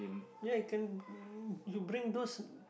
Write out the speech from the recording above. ya it can you bring those